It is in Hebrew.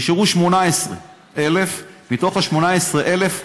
נשארו 18,000. מה-18,000,